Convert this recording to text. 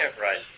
Right